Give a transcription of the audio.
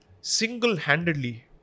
single-handedly